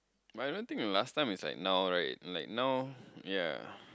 but I don't think the last time is like now right like now ya